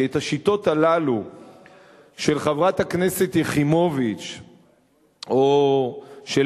כי את השיטות האלה של חברת הכנסת יחימוביץ או של